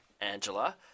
Angela